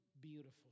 beautiful